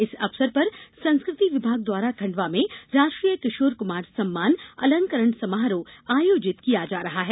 इस अवसर पर संस्कृति विभाग द्वारा खंडवा में राष्ट्रीय किशोर कुमार सम्मान अलंकरण समारोह आयोजित किया जा रहा है